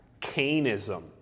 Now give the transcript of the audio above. Cainism